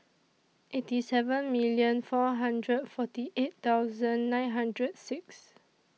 eighty seven million four hundred forty eight thousand nine hundred six